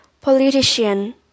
Politician